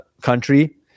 country